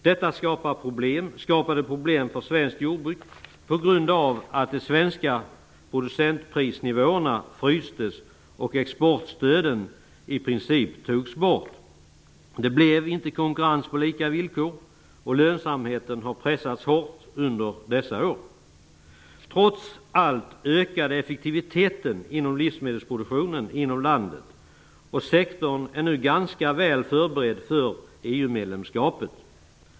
Detta skapade problem för svenskt jordbruk på grund av att de svenska producentprisnivåerna frystes och exportstöden i princip togs bort. Det blev inte konkurrens på lika villkor, och lönsamheten har pressats hårt under dessa år. Trots allt ökade effektiviteten inom livsmedelsproduktionen i landet. Sektorn är nu ganska väl förberedd inför EU-medlemskapet.